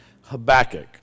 Habakkuk